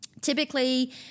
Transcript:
Typically